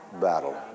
battle